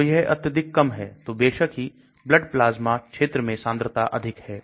तो यह अत्यधिक कम है तो बेशक ही blood plasma क्षेत्र में सांद्रता अधिक है